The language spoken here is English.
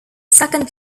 second